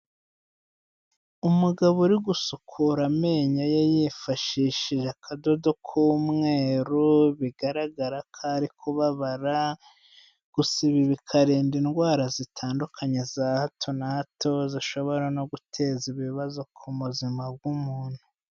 Umugabo uri gusukura amenyo ye yifashishije akadodo k'umweru, bigaragara ko ari kubabara gusa ibi bikarinda indwara zitandukanye za hato na hato zishobora no guteza ibibazo ku buzima bw'umuntu.